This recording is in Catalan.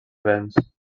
vents